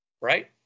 Right